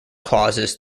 clauses